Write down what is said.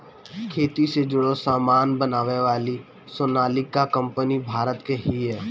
खेती से जुड़ल सामान बनावे वाली सोनालिका कंपनी भारत के हिय